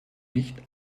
nicht